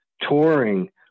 touring